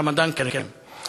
רמדאן כרים.